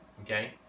Okay